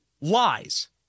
lies